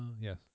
yes